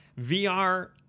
VR